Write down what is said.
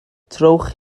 trowch